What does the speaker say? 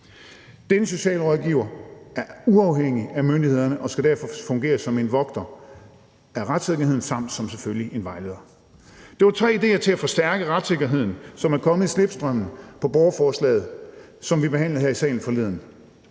Denne socialrådgiver er uafhængig af myndighederne og skal derfor fungere som en vogter af retssikkerheden samt, selvfølgelig, som vejleder. Det var tre idéer til at forstærke retssikkerheden, som er kommet i slipstrømmen på borgerforslaget, som vi behandlede her i salen forleden.